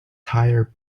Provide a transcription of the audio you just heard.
tire